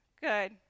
Good